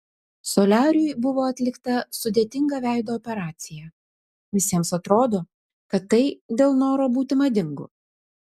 soliariui buvo atlikta sudėtinga veido operacija visiems atrodo kad tai dėl noro būti madingu